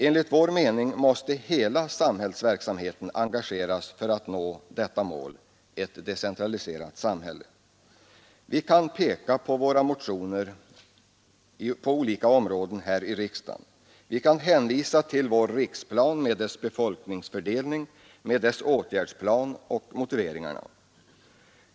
Enligt vår mening måste hela samhällsverksamheten engageras för att nå detta mål, ett decentraliserat samhälle. Vi kan peka på våra motioner på olika områden här i riksdagen. Vi kan hänvisa till vår riksplan med dess befolkningsfördelning, med dess åtgärdsplan och motiveringar.